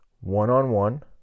one-on-one